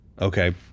Okay